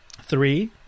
Three